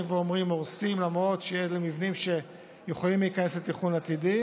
ואומרים: הורסים למרות שאלו מבנים שיכולים להיכנס לתכנון עתידי,